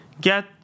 get